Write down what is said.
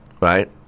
right